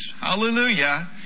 hallelujah